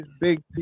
big